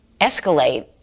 escalate